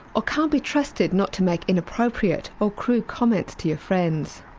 or can't be trusted not to make inappropriate or crude comments to your friends.